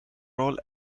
role